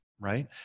right